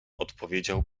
odpowiedział